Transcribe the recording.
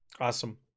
awesome